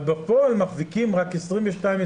בפועל מחזיקים רק 22,000,